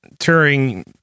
Turing